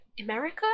america